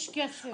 יש כסף.